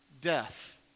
death